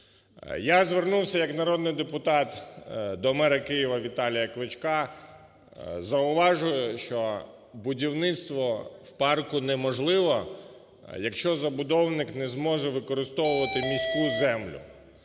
Я звернувся як народний депутат до мета Києва Віталія Кличка. Зауважу, що будівництво в парку неможливе, якщо забудовник не зможе використовувати міську землю.